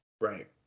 Right